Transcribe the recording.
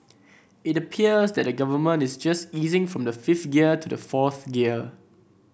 it appears that the Government is just easing from the fifth gear to the fourth gear